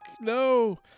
no